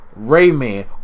Rayman